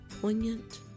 Poignant